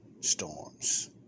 storms